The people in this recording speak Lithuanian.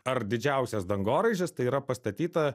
ar didžiausias dangoraižis tai yra pastatyta